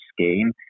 scheme